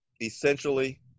essentially